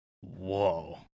Whoa